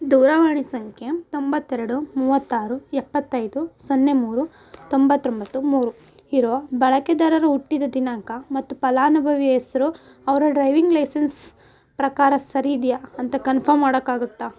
ದೂರವಾಣಿ ಸಂಖ್ಯಾ ತೊಂಬತ್ತೆರಡು ಮೂವತ್ತಾರು ಎಪ್ಪತ್ತೈದು ಸೊನ್ನೆ ಮೂರು ತೊಂಬತ್ತೊಂಬತ್ತು ಮೂರು ಇರೋ ಬಳಕೆದಾರರ ಹುಟ್ಟಿದ ದಿನಾಂಕ ಮತ್ತು ಫಲಾನುಭವಿಯ ಹೆಸರು ಅವರ ಡ್ರೈವಿಂಗ್ ಲೈಸೆನ್ಸ್ ಪ್ರಕಾರ ಸರಿಯಿದೆಯಾ ಅಂತ ಕನ್ಫರ್ಮ್ ಮಾಡೋಕ್ಕಾಗುತ್ತಾ